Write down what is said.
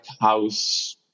house